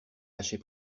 lâcher